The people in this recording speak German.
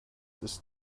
ist